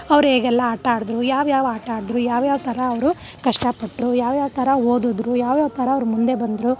ಅವ್ರು ಹೇಗೆಲ್ಲ ಆಟ ಆಡಿದ್ರು ಯಾವ್ಯಾವ ಆಟ ಆಡಿದ್ರು ಯಾವ್ಯಾವ ಥರ ಅವರು ಕಷ್ಟಪಟ್ರು ಯಾವ್ಯಾವ ಥರ ಓದಿದ್ರು ಯಾವ್ಯಾವ ಥರ ಅವ್ರು ಮುಂದೆ ಬಂದರು